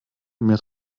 mehr